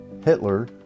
Hitler